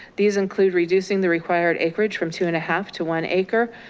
these include reducing the required acreage from two and a half to one acre,